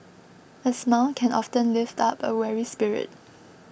a smile can often lift up a weary spirit